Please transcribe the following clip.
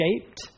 shaped